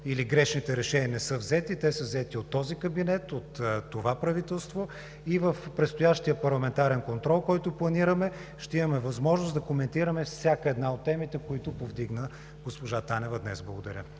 или грешните решения не са взети. Те са взети от този кабинет, от това правителство и в предстоящия парламентарен контрол, който планираме, ще имаме възможност да коментираме всяка една от темите, които повдигна госпожа Танева днес. Благодаря.